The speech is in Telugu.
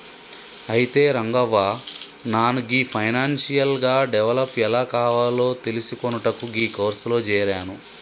అయితే రంగవ్వ నాను గీ ఫైనాన్షియల్ గా డెవలప్ ఎలా కావాలో తెలిసికొనుటకు గీ కోర్సులో జేరాను